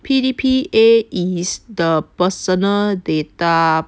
P_D_P_A is the personal data